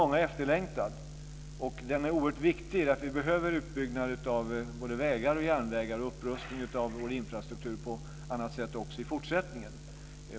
Den är efterlängtad av många, och den är oerhört viktigt, därför att vi behöver en utbyggnad av både vägar och järnvägar och upprustning av vår infrastruktur på annat sätt också i fortsättningen.